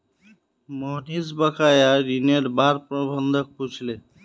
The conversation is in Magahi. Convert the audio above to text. मोहनीश बकाया ऋनेर बार प्रबंधक पूछले